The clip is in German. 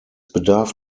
bedarf